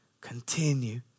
Continue